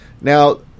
Now